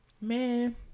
Man